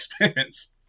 expense